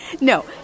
No